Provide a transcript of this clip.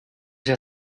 sia